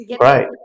right